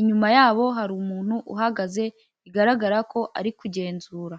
inyuma yabo hari umuntu uhagaze bigaragara ko ari kugenzura.